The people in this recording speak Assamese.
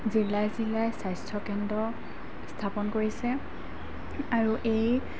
জিলাই জিলাই স্বাস্থ্যকেন্দ্ৰ স্থাপন কৰিছে আৰু এই